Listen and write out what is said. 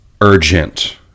urgent